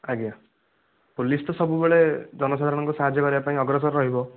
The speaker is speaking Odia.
ଆଜ୍ଞା ପୋଲିସ ତ ସବୁବେଳେ ଜନସାଧାରଣଙ୍କ ସାହାଯ୍ୟ କରିବା ପାଇଁ ଅଗ୍ରସର ରହିବ